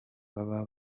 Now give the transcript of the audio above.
baba